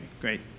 Great